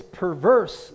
perverse